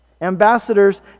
Ambassadors